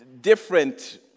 different